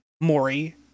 Maury